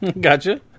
Gotcha